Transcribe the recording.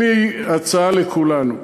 יש לי הצעה לכולנו: